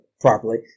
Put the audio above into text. Properly